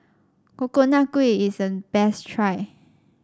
Coconut Kuih is a best try